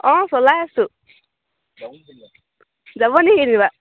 অঁ চলাই আছোঁ যাব নি কিনিবা